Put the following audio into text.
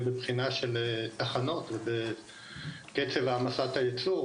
מבחינה של תחנות וקצב העמסת הייצור,